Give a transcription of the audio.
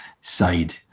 side